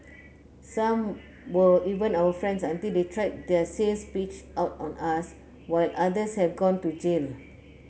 some were even our friends until they tried their sales pitch out on us while others have gone to jail